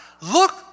Look